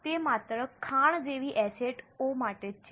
તે માત્ર ખાણ જેવી એસેટ ઓ માટે જ છે